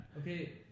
okay